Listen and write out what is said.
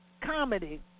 comedy